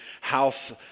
house